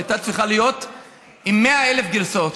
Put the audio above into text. היא הייתה צריכה להיות עם 100,000 גרסאות,